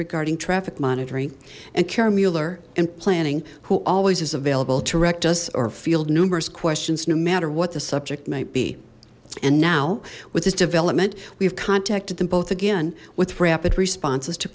regarding traffic monitoring and cara muller and planning who always is available direct us or field numerous questions no matter what the subject might be and now with this development we've contacted them both again with rapid responses to